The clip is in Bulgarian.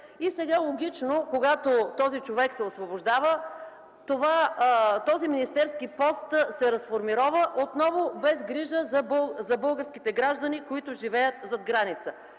И сега логично, когато този човек се освобождава, този министерски пост се разформирова, отново без грижа за българските граждани, които живеят зад граница,